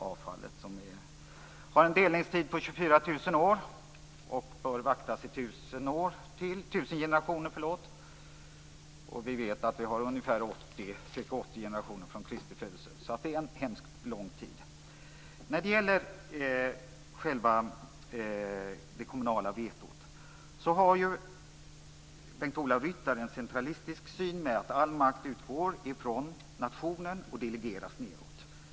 Avfallet har en delningstid på 24 000 år och bör vaktas av tusen generationer till. Vi vet att det har varit ca 80 generationer sedan Kristi födelse. Det är fråga om hemskt lång tid. När det gäller det kommunala vetot har Bengt-Ola Ryttar en centralistisk syn där all makt utgår från nationen och delegeras nedåt.